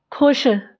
ਖੁਸ਼